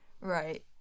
Right